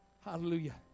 Hallelujah